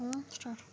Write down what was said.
start